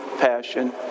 passion